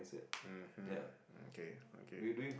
mmhmm okay okay